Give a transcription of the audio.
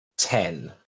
Ten